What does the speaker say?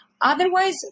Otherwise